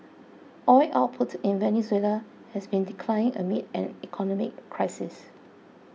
oil output in Venezuela has been declining amid an economic crisis